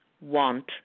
want